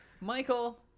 Michael